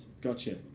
Gotcha